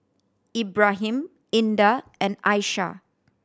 Ibrahim Indah and Aishah